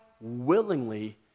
willingly